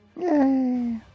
Yay